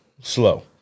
slow